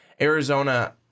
Arizona